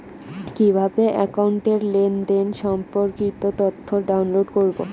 কিভাবে একাউন্টের লেনদেন সম্পর্কিত তথ্য ডাউনলোড করবো?